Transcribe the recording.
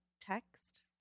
text